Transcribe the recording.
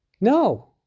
No